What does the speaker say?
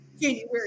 January